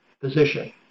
position